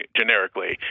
generically